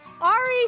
Ari